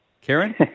Karen